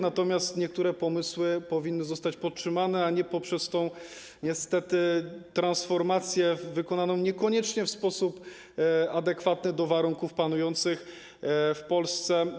Natomiast niektóre pomysły powinny pozostać podtrzymane, a nie poprzez tę, niestety, transformację wykonaną niekoniecznie w sposób adekwatny do warunków panujących w Polsce.